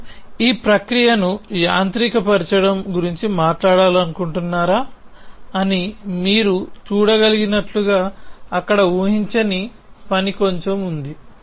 మీరు ఈ ప్రక్రియను యాంత్రికపరచడం గురించి మాట్లాడాలనుకుంటున్నారా అని మీరు చూడగలిగినట్లుగా అక్కడ ఉహించిన పని కొంచెం ఉంది